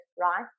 right